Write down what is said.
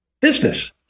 business